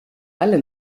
alle